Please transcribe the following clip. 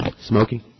Smoking